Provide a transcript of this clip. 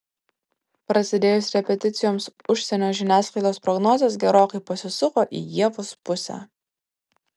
prasidėjus repeticijoms užsienio žiniasklaidos prognozės gerokai pasisuko į ievos pusę